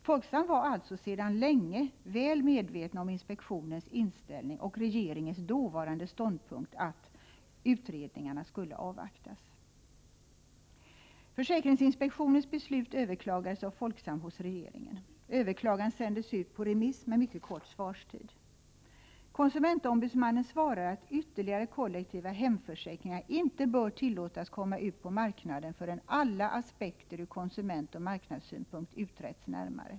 Folksam var alltså sedan länge medvetet om inspektionens inställning och regeringens dåvarande ståndpunkt att utredningarna skulle avvaktas. Försäkringsinspektionens beslut överklagades av Folksam hos regeringen. Överklagandet sändes ut på remiss med mycket kort svarstid. Konsumentombudsmannen svarade att ytterligare kollektiva hemförsäkringar inte bör tillåtas komma ut på marknaden förrän alla aspekter ur konsumentoch marknadssynpunkt utretts närmare.